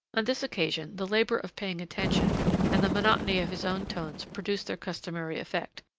on this occasion, the labor of paying attention and the monotony of his own tones produced their customary effect,